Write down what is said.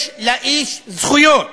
יש לאיש זכויות,